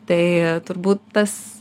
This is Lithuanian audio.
tai turbūt tas